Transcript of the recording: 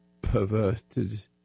perverted